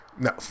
no